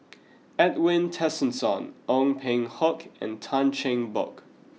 Edwin Tessensohn Ong Peng Hock and Tan Cheng Bock